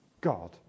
God